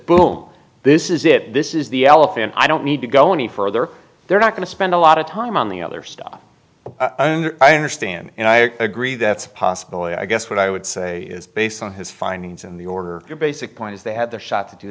bull this is it this is the elephant i don't need to go any further they're not going to spend a lot of time on the other stuff i understand and i agree that's a possibility i guess what i would say is based on his findings in the order your basic point is they had the shot to do